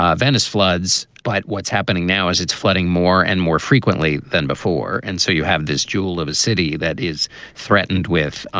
ah venice floods. but what's happening now is it's flooding more and more frequently than before. and so you have this jewel of a city that is threatened with